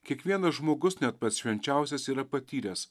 kiekvienas žmogus net pats švenčiausias yra patyręs